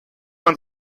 man